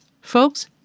Folks